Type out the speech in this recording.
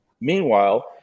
Meanwhile